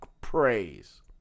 Praise